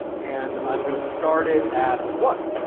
and i'm going to start it at one.